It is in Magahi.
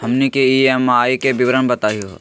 हमनी के ई.एम.आई के विवरण बताही हो?